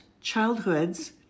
childhoods